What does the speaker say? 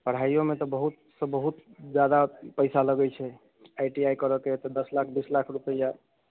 पढ़ाइओमे तऽ बहुतसँ बहुत जादा पैसा लगैत छै आइ टी आइ करऽ के अइ तऽ दश लाख बीस लाख रूपैआ